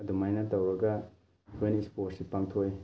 ꯑꯗꯨꯃꯥꯏꯅ ꯇꯧꯔꯒ ꯑꯩꯈꯣꯏꯅ ꯁ꯭ꯄꯣꯔꯠꯁꯁꯤ ꯄꯥꯡꯊꯣꯛꯏ